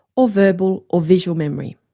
or verbal, or visual memory.